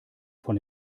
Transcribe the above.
von